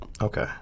Okay